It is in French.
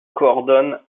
coordonnent